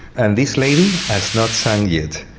and this lady as not sung yet.